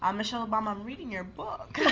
um michelle obama, i'm reading your book!